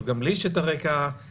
אז גם לי הרקע הדתי,